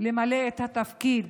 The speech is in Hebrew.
למלא את התפקיד